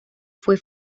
fue